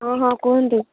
ହଁ ହଁ କୁହନ୍ତୁ